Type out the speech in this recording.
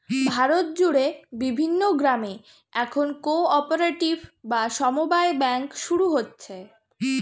ভারত জুড়ে বিভিন্ন গ্রামে এখন কো অপারেটিভ বা সমব্যায় ব্যাঙ্ক শুরু হচ্ছে